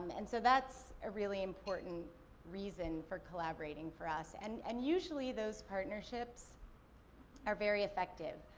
um and, so, that's a really important reason for collaborating for us. and and usually, those partnerships are very effective.